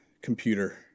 computer